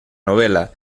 novela